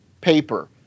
paper